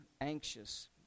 anxious